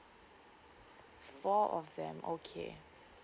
four of them okay